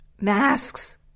masks